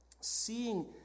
seeing